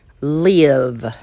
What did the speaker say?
Live